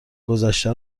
گذشته